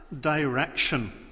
direction